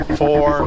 four